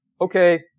Okay